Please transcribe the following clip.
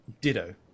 Ditto